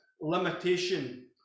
limitation